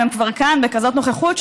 אם הם כבר כאן בנוכחות כזאת,